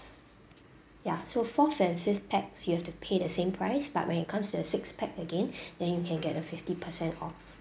ya so fourth and fifth pax you have to pay the same price but when it comes to the six pax again then you can get a fifty percent off